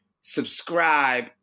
subscribe